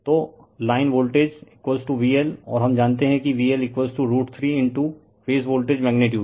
तो line voltage VL और हम जानते हैं कि VL 3 into phase voltage magnitude